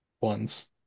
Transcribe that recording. ones